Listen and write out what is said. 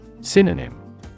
Synonym